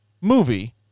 movie